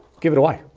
give it away.